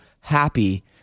happy